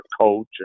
coach